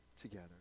together